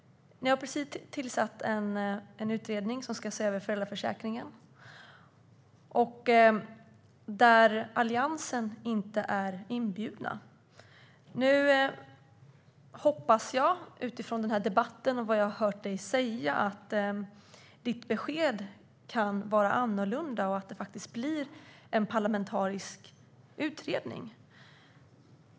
Ni har precis tillsatt en utredning som ska se över föräldraförsäkringen och där vi i Alliansen inte är inbjudna. Nu hoppas jag utifrån den här debatten och vad jag har hört dig säga att ditt besked kan vara annorlunda och att det faktiskt blir en parlamentarisk utredning.